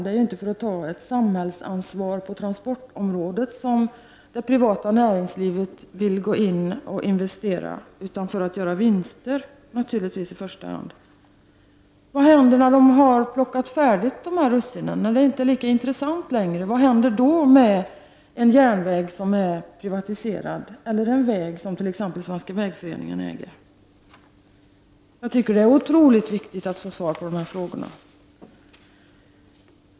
Det är inte för att ta ett samhällsansvar på transportområdet som det privata näringslivet vill gå in och investera, utan naturligtvis i första hand för att göra vinster. Men vad händer när de har plockat dessa russin och det inte längre är lika intressant med en järnväg som är privatiserad eller en väg som t.ex. ägs av Svenska vägföreningen? Jag tycker att det är otroligt viktigt att få svar på dessa frågor.